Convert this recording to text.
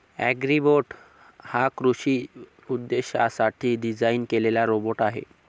Agribot हा कृषी उद्देशांसाठी डिझाइन केलेला रोबोट आहे